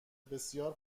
بسیار